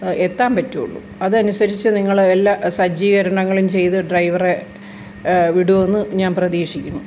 എത്താൻ പറ്റുവൊള്ളൂ അതനുസരിച്ച് നിങ്ങൾ എല്ലാ സജ്ജീകരണങ്ങളും ചെയ്ത് ഡ്രൈവറെ വിടുമെന്ന് ഞാൻ പ്രതീക്ഷിക്കുന്നു